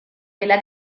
della